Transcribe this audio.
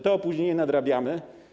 Te opóźnienia nadrabiamy.